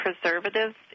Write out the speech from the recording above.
preservatives